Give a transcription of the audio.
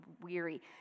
weary